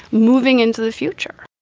moving into the future